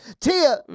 Tia